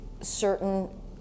certain